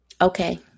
Okay